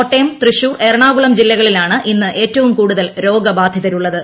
കോട്ടയം തൃശൂർ എറണാകുളം ജില്ലകളിലാണ് ഇന്ന് ഏറ്റവും കൂടുതൽ രോഗബാധിതരുള്ളത്